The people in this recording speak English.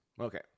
okay